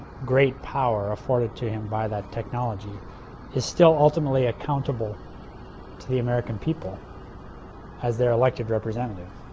great power afforded to him by that technology is still ultimately accountable to the american people as their elected representative.